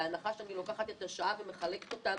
בהנחה שאני לוקחת את השעה ומחלקת אותה